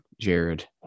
Jared